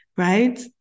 Right